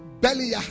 Belly